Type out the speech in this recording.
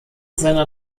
seiner